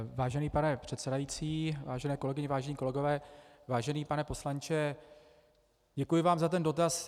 Vážený pane předsedající, vážené kolegyně, vážení kolegové, vážený pane poslanče, děkuji vám za ten dotaz.